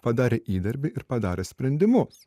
padarė įdirbį ir padarė sprendimus